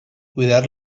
cuidar